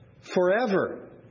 forever